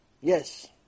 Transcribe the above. yes